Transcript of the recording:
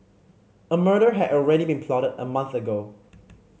a murder had already been plotted a month ago